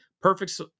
perfect